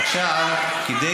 עכשיו, כדי